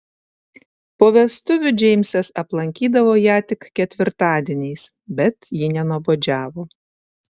po vestuvių džeimsas aplankydavo ją tik ketvirtadieniais bet ji nenuobodžiavo